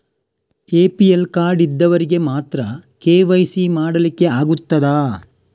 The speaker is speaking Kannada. ಎ.ಪಿ.ಎಲ್ ಕಾರ್ಡ್ ಇದ್ದವರಿಗೆ ಮಾತ್ರ ಕೆ.ವೈ.ಸಿ ಮಾಡಲಿಕ್ಕೆ ಆಗುತ್ತದಾ?